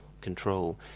control